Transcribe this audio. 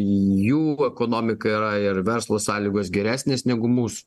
jų ekonomika yra ir verslo sąlygos geresnės negu mūsų